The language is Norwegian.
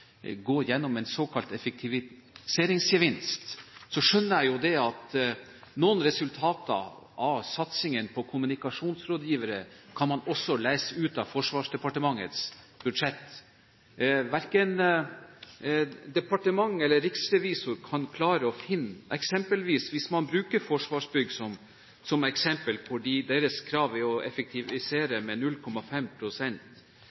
gjennom en såkalt effektiviseringsgevinst, skjønner jeg at man kan lese noen resultater av satsingen på kommunikasjonsrådgivere ut av Forsvarsdepartementets budsjett. Hvis man bruker Forsvarsbygg som eksempel, hvor deres krav er å effektivisere med 0,5 pst., som igjen bokføres som inntekt, er verken Forsvarsbygg, riksrevisor eller departement i stand til å